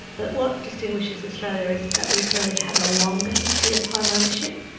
but what distinguishes australia is that we've really had a longer history of home ownership,